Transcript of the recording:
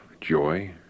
joy